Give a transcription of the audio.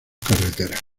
carreteras